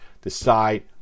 decide